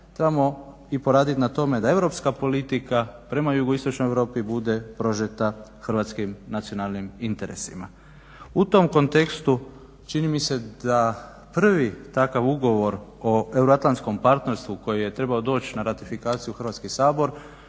trebamo i poraditi na tome da europska politika prema Jugoistočnoj Europi bude prožeta hrvatskim nacionalnim interesima. U tom kontekstu čini mi se da prvi takav ugovor o euroatlantskom partnerstvu koji je trebao doći na ratifikaciju u Hrvatski sabor